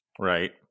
right